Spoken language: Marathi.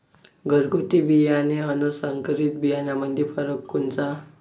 घरगुती बियाणे अन संकरीत बियाणामंदी फरक कोनचा?